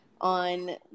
On